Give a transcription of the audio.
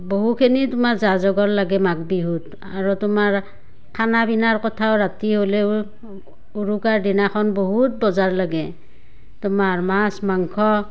বহুখিনি তোমাৰ যা যগৰ লাগে মাঘ বিহুত আৰু তোমাৰ খানা পিনাৰ কথাও ৰাতি হ'লেও উৰুকাৰ দিনাখন বহুত বজাৰ লাগে তোমাৰ মাছ মাংস